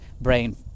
brain